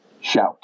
shout